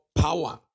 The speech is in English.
power